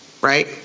right